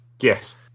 Yes